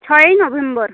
ছয়ই নভেম্বর